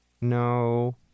No